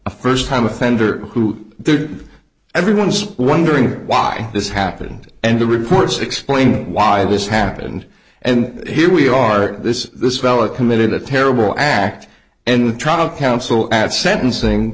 a first time offender who there everyone's wondering why this happened and the reports explaining why this happened and here we are this this fella committed a terrible act and the tribal council at sentencing